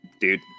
dude